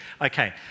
Okay